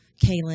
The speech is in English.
Kaylin